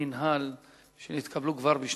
בבקשה.